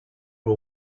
for